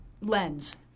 lens